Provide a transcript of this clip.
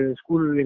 school